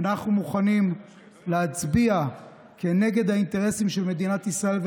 אנחנו מוכנים להצביע כנגד האינטרסים של מדינת ישראל,